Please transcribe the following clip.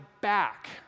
back